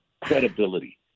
credibility